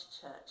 Church